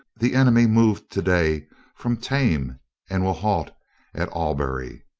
the enemy moved to-day from thame and will halt at albury.